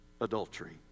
adultery